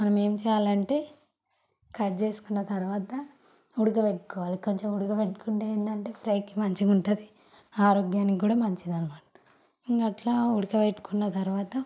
మనము ఏం చేయాలంటే కట్ చేసుకున్న తరువాత ఉడకబెట్టుకోవాలి కొంచెం ఉడకబెట్టుకుంటే ఏంటంటే ఫ్రైకి మంచిగా ఉంటుంది ఆరోగ్యానికి కూడా మంచిదన్నమాట ఇంకా అలా ఉడకబెట్టుకున్న తరువాత